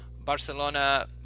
Barcelona